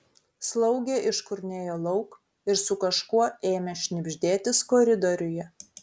slaugė iškurnėjo lauk ir su kažkuo ėmė šnibždėtis koridoriuje